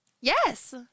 Yes